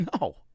No